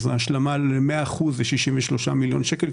כן.